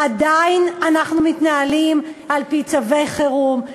עדיין אנחנו מתנהלים על-פי צווי חירום,